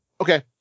Okay